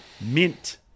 mint